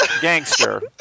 gangster